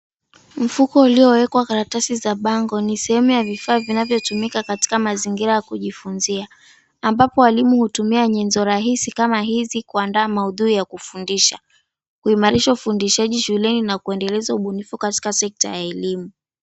Mfuko uliowekwa karatasi za bango ni sehemu ya vifaa vinavyotumika katika mazingira ya kujifunzia ambapo walimu hutumia nyenzo rahisi kama hizi kuandaa maudhui ya kufundisha, kuimarisha fundishaji shuleni na kuendelesha ubunifu katika sekta ya elimu.